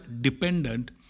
dependent